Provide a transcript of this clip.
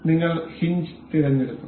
നിങ്ങൾ ഹിഞ്ച് തിരഞ്ഞെടുക്കും